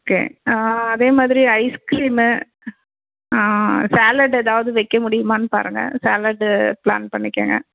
okay அதே மாதிரி ice cream salad ஏதாவது வைக்க முடியுமானு பாருங்கள் சாலெட்டு ப்ளான் பண்ணிக்கங்க